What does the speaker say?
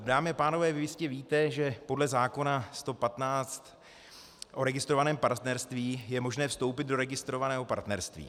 Dámy a pánové, vy jistě víte, že podle zákona 115 o registrovaném partnerství je možné vstoupit do registrovaného partnerství.